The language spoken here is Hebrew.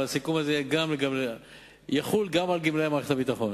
אבל הסיכום הזה יחול גם על גמלאי מערכת הביטחון.